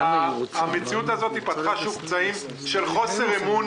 המציאות הזאת פתחה שוב פצעים של חוסר אמון,